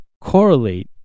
correlate